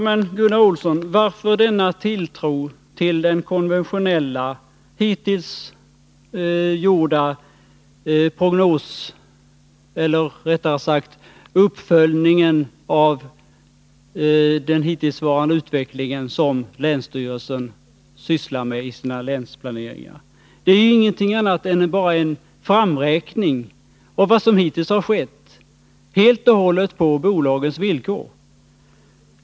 Herr talman! Ja, men varför denna tilltro till den konventionella uppföljning av den hittillsvarande utvecklingen som länstyrelsen gör i sina länsplaneringar, Gunnar Olsson? Det är ingenting annat än en framräkning av vad som hittills har skett, helt och hållet på bolagens villkor.